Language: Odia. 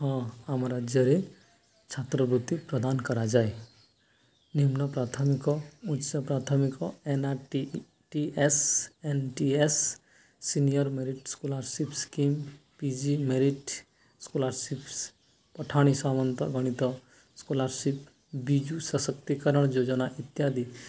ହଁ ଆମ ରାଜ୍ୟରେ ଛାତ୍ରବୃତ୍ତି ପ୍ରଦାନ କରାଯାଏ ନିମ୍ନ ପ୍ରାଥମିକ ଉଚ୍ଚ ପ୍ରାଥମିକ NRT TS NTS senior merit scholarship scheme PG merit scholarships Pathani Samanta ଗଣିତ ସ୍କଲାରସିପ୍ ବିଜୁ ସଶକ୍ତିକରଣ ଯୋଜନା ଇତ୍ୟାଦି